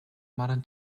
modern